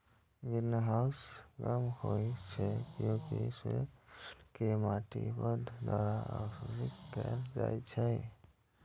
greenhouse गर्म होइ छै, कियैकि सूर्यक किरण कें माटि, पौधा द्वारा अवशोषित कैल जाइ छै